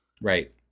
right